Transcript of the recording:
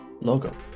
Logo